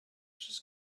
just